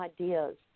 ideas